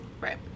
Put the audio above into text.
Right